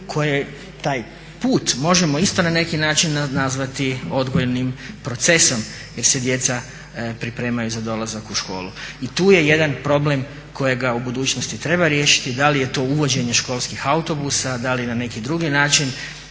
koje taj put možemo isto na neki način nazvati odgojnim procesom jer se djeca pripremaju za dolazak u školu. I tu je jedan problem kojega u budućnosti treba riješiti. Da li je to uvođenje školskih autobusa, da li na neki drugi način,